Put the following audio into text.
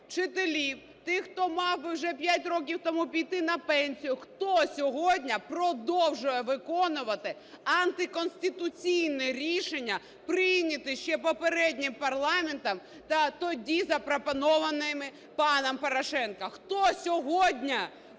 вчителів, тих, хто мав би вже 5 років тому піти на пенсію, хто сьогодні продовжує виконувати антиконституційне рішення, прийняте ще попереднім парламентом та тоді запропоновані паном Порошенком? Хто сьогодні